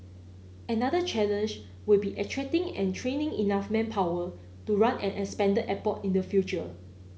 another challenge will be attracting and training enough manpower to run an expanded airport in the future